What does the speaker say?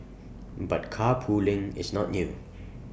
but carpooling is not new